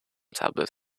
tablet